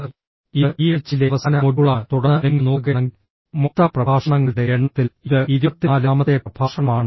ഇത് ഈ ആഴ്ചയിലെ അവസാന മൊഡ്യൂളാണ് തുടർന്ന് നിങ്ങൾ നോക്കുകയാണെങ്കിൽ മൊത്തം പ്രഭാഷണങ്ങളുടെ എണ്ണത്തിൽ ഇത് 24 ാമത്തെ പ്രഭാഷണമാണ്